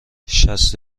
شصت